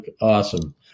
awesome